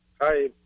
Hi